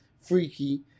Freaky